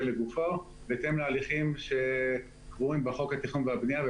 לגופו בהתאם להליכים שקבועים בחוק התכנון והבנייה.